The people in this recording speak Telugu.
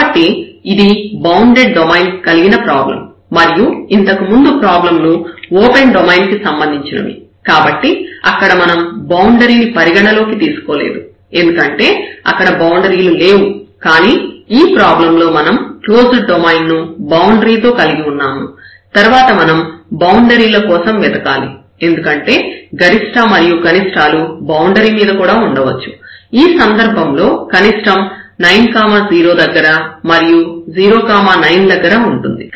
కాబట్టి ఇది బౌండెడ్ డొమైన్ కలిగిన ప్రాబ్లం మరియు ఇంతకుముందు ప్రాబ్లం లు ఓపెన్ డొమైన్ కి సంబంధించినవి కాబట్టి అక్కడ మనం బౌండరీ ని పరిగణలోకి తీసుకోలేదు ఎందుకంటే అక్కడ బౌండరీలు లేవు కానీ ఈ ప్రాబ్లం లో మనం క్లోజ్డ్ డొమైన్ ని బౌండరీ తో కలిగి ఉన్నాము తర్వాత మనం బౌండరీల కోసం వెతకాలి ఎందుకంటే గరిష్ట మరియు కనిష్టాలు బౌండరీల మీద ఉండవచ్చు ఈ సందర్భంలో కనిష్టం 9 0 దగ్గర మరియు 0 9 దగ్గర ఉంటుంది